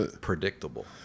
predictable